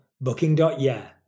Booking.yeah